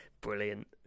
brilliant